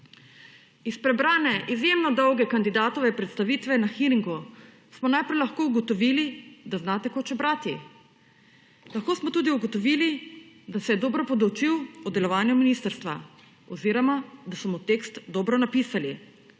Iz prebrane, izjemno dolge kandidatove predstavitve na hearingu, smo najprej lahko ugotovili, da zna tekoče brati. Lahko smo tudi ugotovili, da se je dobro podučil o delovanju ministrstva oziroma da so mu tekst dobro napisali.